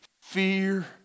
fear